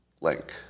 link